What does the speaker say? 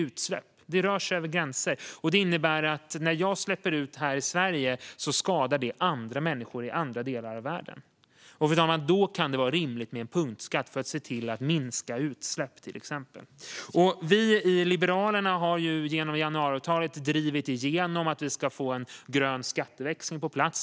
Utsläpp rör sig över gränser, och det innebär att det skadar människor i andra delar av världen när jag släpper ut här i Sverige. Då kan det, fru talman, vara rimligt med en punktskatt för att till exempel se till att minska utsläpp. Vi i Liberalerna har ju genom januariavtalet drivit igenom att vi ska få en grön skatteväxling på plats.